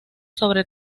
sobre